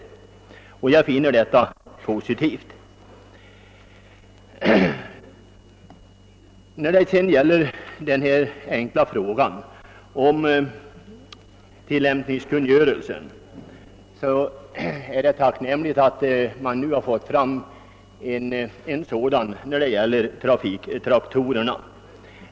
Det är ju ett positivt uttalande som finansministern gör. När det sedan gäller svaret på min enkla fråga om tillämpningsföreskrifterna, så är det tillfredsställande att en kungörelse rörande trafiktraktorerna nu kommer att utfärdas.